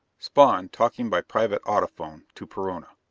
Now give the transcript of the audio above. spawn, talking by private audiphone, to perona.